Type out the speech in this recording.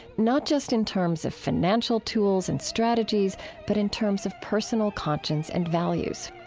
not just in terms of financial tools and strategies but in terms of personal conscience and values.